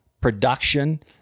production